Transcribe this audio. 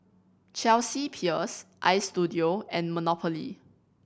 Chelsea Peers Istudio and Monopoly